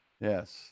Yes